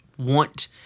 want